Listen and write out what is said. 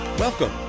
Welcome